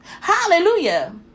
Hallelujah